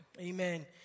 Amen